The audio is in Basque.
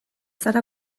zara